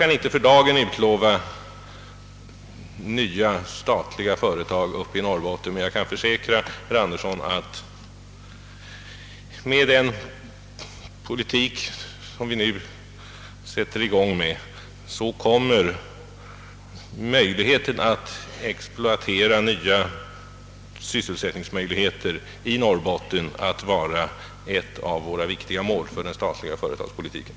För dagen kan jag inte utlova nya statliga företag i Norrbotten men kan försäkra herr Andersson, att i den politik som nu påbörjats kommer nya sysselsättningsmöjligheter i Norrbotten att vara ett av våra viktigaste mål då det gäller den statliga företagsamheten.